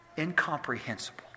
incomprehensible